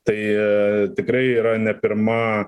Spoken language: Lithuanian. tai tikrai yra ne pirma